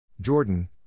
Jordan